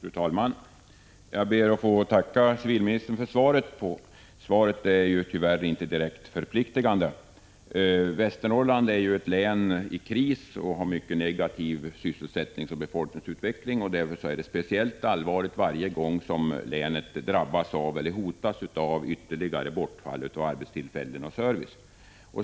Fru talman! Jag ber att få tacka civilministern för svaret på min fråga. Svaret är tyvärr inte direkt förpliktande. Västernorrland är ett län i kris och har mycket negativ sysselsättningsoch befolkningsutveckling. Därför är det speciellt allvarligt varje gång länet drabbas av eller hotas av ytterligare bortfall av arbetstillfällen och service.